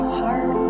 heart